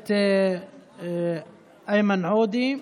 הכנסת איימן עודה.